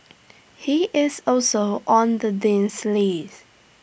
he is also on the Dean's list